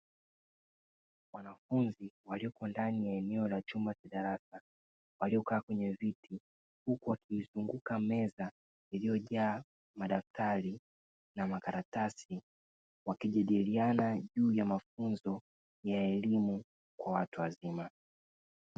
Wanafunzi waliopo ndani ya eneo la chumba cha darasa, waliokaa kwenye viti huku wakiizunguka meza iliyojaa madaftari na makaratasi, wakijadiliana juu ya mafunzo ya elimu kwa watu wazima.